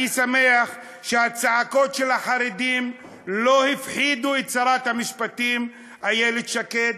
אני שמח שהצעקות של החרדים לא הפחידו את שרת המשפטים איילת שקד,